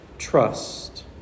Trust